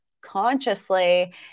consciously